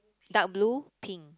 dark blue pink